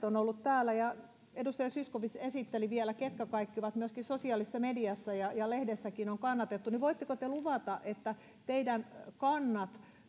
on ollut täällä edustaja zyskowicz esitteli vielä ketkä kaikki ovat myöskin sosiaalisessa mediassa kannattaneet ja lehdessäkin on kannatettu niin voitteko te luvata että teidän kantanne